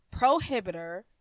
prohibitor